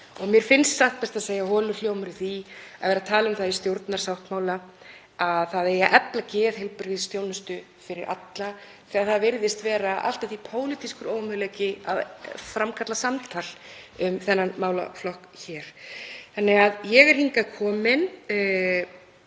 Mér finnst satt best að segja holur hljómur í því að vera að tala um það í stjórnarsáttmála að það eigi að efla geðheilbrigðisþjónustu fyrir alla þegar það virðist vera allt að því pólitískur ómöguleiki að framkalla samtal um þennan málaflokk hér. Þannig að ég er hingað komin